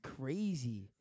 crazy